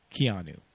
Keanu